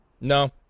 No